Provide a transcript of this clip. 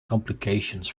complications